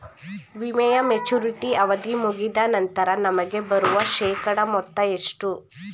ವಿಮೆಯ ಮೆಚುರಿಟಿ ಅವಧಿ ಮುಗಿದ ನಂತರ ನಮಗೆ ಬರುವ ಶೇಕಡಾ ಮೊತ್ತ ಎಷ್ಟು?